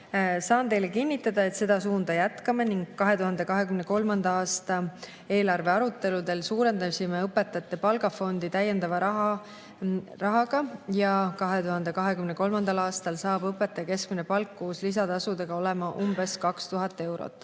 Saan teile kinnitada, et seda suunda me jätkame. 2023. aasta eelarve aruteludel suurendasime õpetajate palgafondi täiendava rahaga. 2023. aastal saab õpetaja keskmine palk koos lisatasudega olema umbes 2000 eurot.